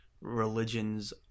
religions